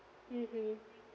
mmhmm